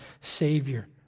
savior